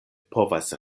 povas